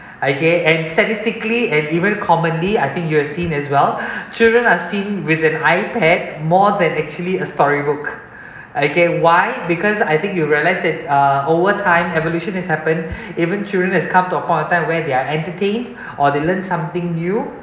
okay and statistically and even commonly I think you have seen as well children are seen with an iPad more than actually a storybook okay why because I think you realise that uh over time evolution has happen even children has come to a point of time where they're entertained or they learn something new